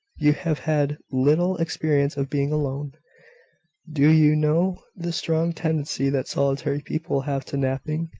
you have had little experience of being alone do you know the strong tendency that solitary people have to napping?